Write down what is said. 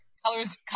Colors